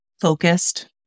focused